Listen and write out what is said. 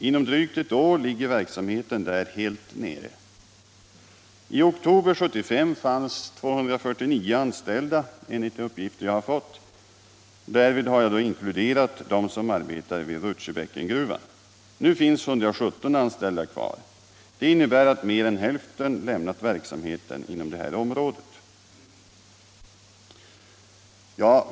Inom drygt ett år ligger verksamheten där helt nere. I oktober 1975 fanns enligt de uppgifter jag har fått 249 anställda. Däri har jag då inkluderat dem som arbetade vid Rudtjebäckengruvan. Nu finns 117 anställda kvar. Det innebär att mer än hälften lämnat verksamheten inom detta område.